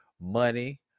money